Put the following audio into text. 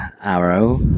arrow